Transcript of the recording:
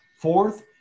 Fourth